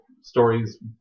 stories